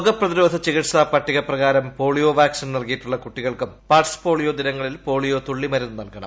രോഗപ്രതിരോധ ചികിത്സാപട്ടികപ്രകാരം polio vaccine നൽകിയിട്ടുളള കൂട്ടികൾക്കും പൾസ് പോളിയോ ദിനങ്ങളിൽ പോളിയോ തുളളി മരുന്ന് നൽകണം